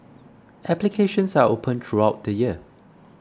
applications are open throughout the year